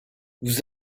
vous